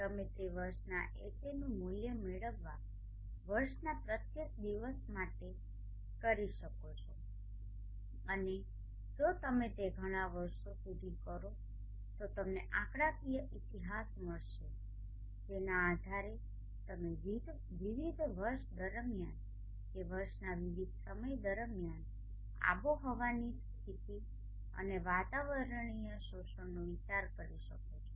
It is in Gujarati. તમે તે વર્ષના Haનુ મુલ્ય મેળવવા માટે વર્ષના પ્રત્યેક દિવસ માટે માટે કરી શકો છો અને જો તમે તે ઘણાં વર્ષો સુધી કરો તો તમને આંકડાકીય ઈતિહાસ મળશે જેના આધારે તમે વિવિધ વર્ષ દરમિયાન કે વર્ષના વિવિધ સમય દરમિયાન આબોહવાની સ્થિતિ અને વાતાવરણીય શોષણનો વિચાર કરી શકો છો